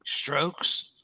strokes